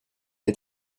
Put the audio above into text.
est